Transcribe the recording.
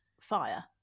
fire